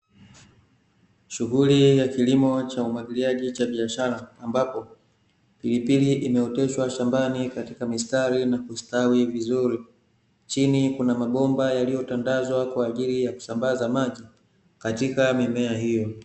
Shughuli ya kilimo cha umwagiliaji cha biashara ambapo pilipili imeoteshwa shambani katika mistari na kustawi vizuri. Chini kuna mabomba yaliyotandazwa kwa ajili ya kusambaza maji katika mimea hiyo.